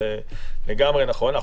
שזה לגמרי נכון,